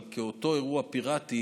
אבל כאותו אירוע פיראטי,